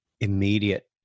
immediate